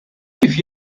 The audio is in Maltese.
kif